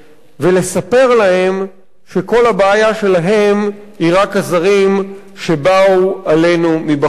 ולספר להם שכל הבעיה שלהם היא רק הזרים שבאו עלינו מבחוץ?